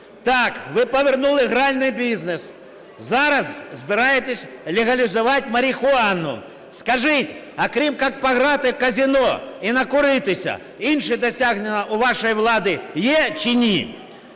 Так, ви повернули гральний бізнес. Зараз збираєтесь легалізувати марихуану. Скажіть, а крім, як пограти в казино і накуритися, інші досягнення у вашої влади є чи ні?